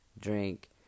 drink